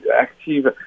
active